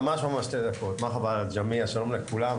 מרחבא לג'מיע, שלום לכולם.